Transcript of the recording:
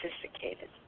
sophisticated